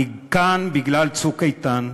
אני כאן בגלל "צוק איתן".